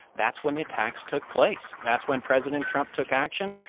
that's when the attacks took place. that's when president trump took action.